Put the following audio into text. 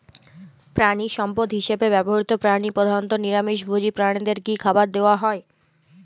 প্রাণিসম্পদ হিসেবে ব্যবহৃত প্রাণী প্রধানত নিরামিষ ভোজী প্রাণীদের কী খাবার দেয়া হয়?